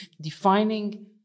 defining